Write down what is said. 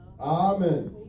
Amen